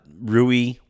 Rui